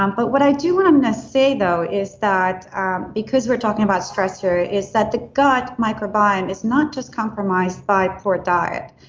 um but what i do want um to say though is that because we're talking about stress here is that the gut microbiome is not just compromised by poor diet,